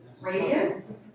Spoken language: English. radius